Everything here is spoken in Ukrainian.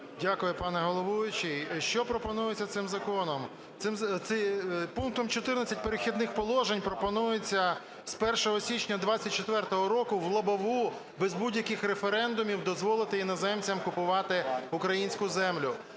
Дякую, пане головуючий. Що пропонується цим законом? Пунктом 14 "Перехідних положень" пропонується з 1 січня 24-го року в лобову, без будь-яких референдумів дозволити іноземцям купувати українську землю.